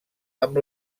amb